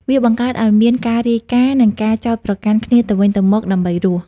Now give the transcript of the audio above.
វាបង្កើតឱ្យមានការរាយការណ៍ និងការចោទប្រកាន់គ្នាទៅវិញទៅមកដើម្បីរស់។